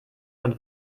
schon